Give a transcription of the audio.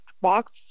Box